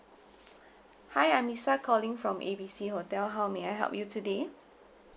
hi I'm lisa calling from A B C hotel how may help you today